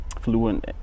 fluent